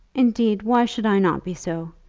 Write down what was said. indeed, why should i not be so?